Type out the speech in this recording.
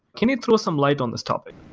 can you throw some light on this topic?